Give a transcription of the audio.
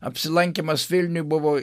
apsilankymas vilniuj buvo